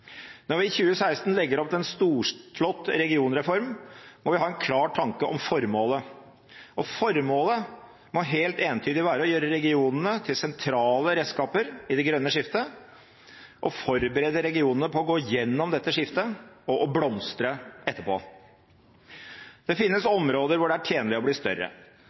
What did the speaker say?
Når vi i 2016 legger opp til en storslått regionreform, må vi ha en klar tanke om formålet. Formålet må helt entydig være å gjøre regionene til sentrale redskaper i det grønne skiftet og forberede regionene på å gå igjennom dette skiftet – og blomstre etterpå. Det finnes områder hvor det er tjenlig å bli større.